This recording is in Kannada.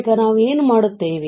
ಬಳಿಕ ನಾವು ಏನು ಮಾಡುತ್ತೇವೆ